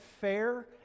fair